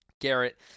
Garrett